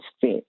fit